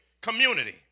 community